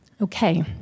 Okay